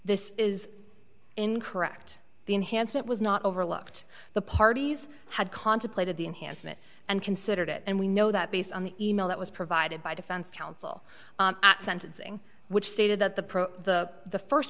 this is incorrect the enhancement was not overlooked the parties had contemplated the enhancement and considered it and we know that based on the e mail that was provided by defense counsel at sentencing which stated that the the the